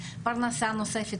פרנסה נוספת,